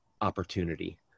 opportunity